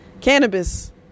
cannabis